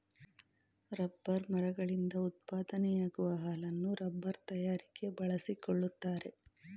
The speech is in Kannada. ರಬ್ಬರ್ ಮರಗಳಿಂದ ಉತ್ಪಾದನೆಯಾಗುವ ಹಾಲನ್ನು ರಬ್ಬರ್ ತಯಾರಿಕೆ ಬಳಸಿಕೊಳ್ಳುತ್ತಾರೆ